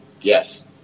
Yes